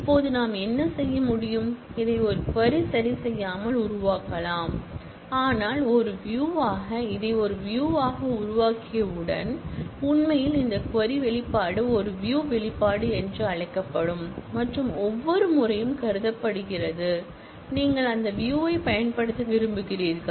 இப்போது நாம் என்ன செய்ய முடியும் இதை ஒரு க்வரி சரிசெய்யாமல் உருவாக்கலாம் ஆனால் ஒரு வியூ ஆக இதை ஒரு வியூ ஆக உருவாக்கியவுடன் உண்மையில் இந்த க்வரி வெளிப்பாடு ஒரு வியூ வெளிப்பாடு என அழைக்கப்படும் மற்றும் ஒவ்வொரு முறையும் கருதப்படுகிறது நீங்கள் அந்தவியூ யைப் பயன்படுத்த விரும்புகிறீர்கள்